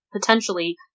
potentially